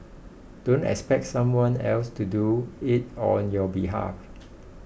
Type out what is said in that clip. don't expect someone else to do it on your behalf